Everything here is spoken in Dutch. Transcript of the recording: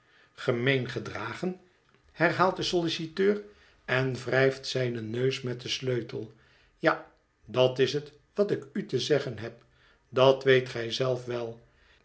gemeen gedragen herhaalt de solliciteur en wrijft zijn neus met den sleutel ja dat is het wat ik uté zeggen heb dat weet gij zelf wel